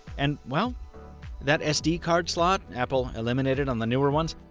and, well that sd card slot apple eliminated on the newer ones,